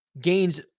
Gains